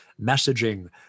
messaging